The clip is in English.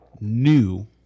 new